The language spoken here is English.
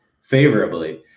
Favorably